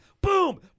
Boom